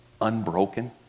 unbroken